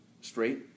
straight